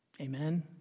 Amen